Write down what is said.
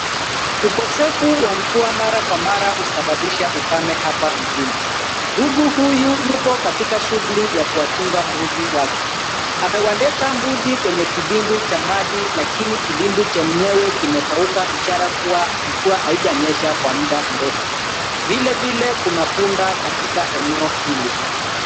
Ukosefu wa mvua mara kwa mara husababisha ukame hapa mjini. Ndugu huyu yupo katika shughuli ya kuwachunga mbuzi wake. Amewaleta mbuzi kwenye kidimbwi cha maji , lakini kidimbwi chenyewe kimekauka ishara kuwa mvua haijanyesha kwa muda mrefu. Vilevile kuna punda katika eneo hili.